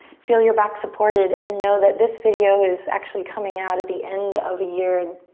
feel your back supported, and know that this video is actually coming out at the end of a year,